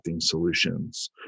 solutions